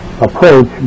approach